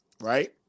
right